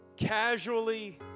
Casually